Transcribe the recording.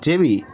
જેવી